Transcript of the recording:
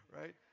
right